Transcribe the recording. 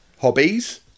Hobbies